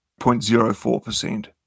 0.04%